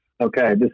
Okay